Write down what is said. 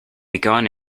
begun